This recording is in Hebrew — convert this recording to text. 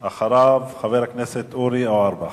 אחריו, חבר הכנסת אורי אורבך.